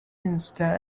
minister